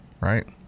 Right